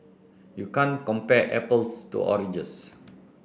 you can't compare apples to oranges